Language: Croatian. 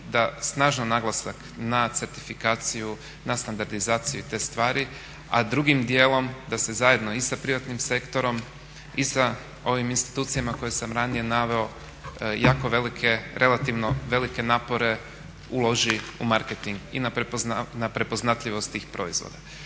da snažno naglasak na certifikaciju, na standardizaciju i te stvari, a drugim dijelom da se zajedno i sa privatnim sektorom i sa ovim institucijama koje sam ranije naveo jako velike, relativno velike napore uloži u marketing i na prepoznatljivost tih proizvoda.